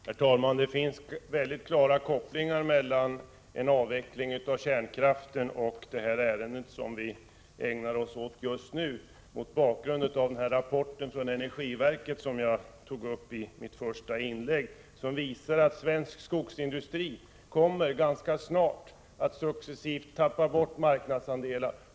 Herr talman! Det finns mycket klara kopplingar mellan en avveckling av kärnkraften och det ärende som vi just nu ägnar oss åt. Av den rapport från energiverket som jag berörde i mitt första inlägg framgår ju att svensk skogsindustri ganska snart kommer att successivt tappa marknadsandelar.